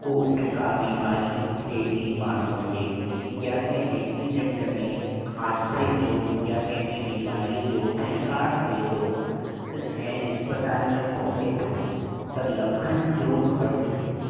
को बि का बीमारी थिए थी माण्हूअ खे या कंहिं एक्सिडेंट में हादसे जो या कंहिं ॿीं बीमारीअ जो शिकार थिए थो त ऐं इस्पिताल में पहुचे थो त लखनि जो ख़र्चु थिए थो